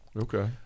Okay